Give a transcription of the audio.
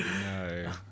No